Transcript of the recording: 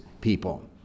people